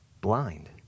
blind